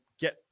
get